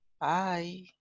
bye